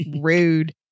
rude